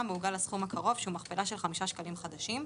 מעוגל לסכום הקרוב שהוא מכפלה של חמישה שקלים חדשים.